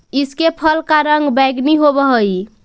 इसके फल का रंग बैंगनी होवअ हई